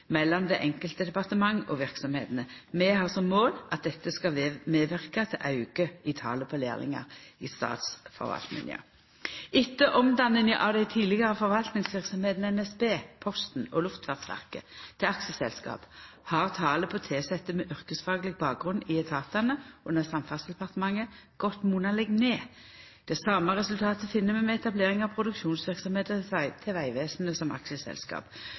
mellom det einskilde departement og verksemdene. Vi har som mål at dette skal medverka til auke i talet på lærlingar i statsforvaltninga. Etter omdanninga av dei tidlegare forvaltningsverksemdene NSB, Posten og Luftfartsverket til aksjeselskap har talet på tilsette med yrkesfagleg bakgrunn i etatane under Samferdselsdepartementet gått monaleg ned. Det same resultatet finn vi ved etableringa av produksjonsverksemda til Vegvesenet som aksjeselskap.